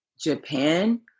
Japan